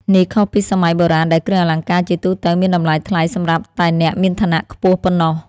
នេះខុសពីសម័យបុរាណដែលគ្រឿងអលង្ការជាទូទៅមានតម្លៃថ្លៃសម្រាប់តែអ្នកមានឋានៈខ្ពស់ប៉ុណ្ណោះ។